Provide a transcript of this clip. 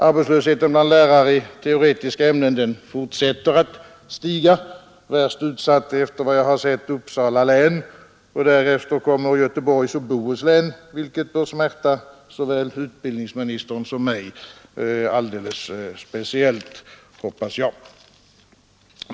Arbetslösheten bland lärare i teoretiska ämnen fortsätter att stiga. Värst utsatt är, efter vad jag har sett, Uppsala län. Därefter kommer Göteborgs och Bohus län, vilket bör smärta såväl utbildningsministern som mig alldeles speciellt, antar jag.